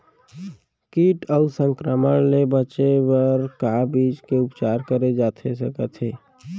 किट अऊ संक्रमण ले बचे बर का बीज के उपचार करे जाथे सकत हे?